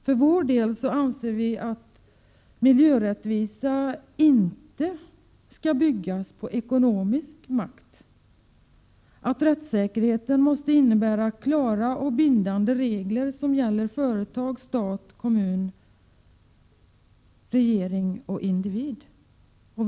För vår del anser vi att miljörättvisa inte skall byggas på ekonomisk makt, att rättssäkerheten måste innebära klara och bindande regler som gäller företag, stat och kommun, regering och individ.